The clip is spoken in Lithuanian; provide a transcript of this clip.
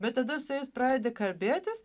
bet tada su jais pradedi kalbėtis